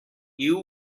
you